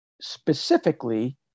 specifically